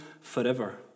forever